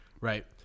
Right